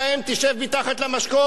תשב מתחת למשקוף?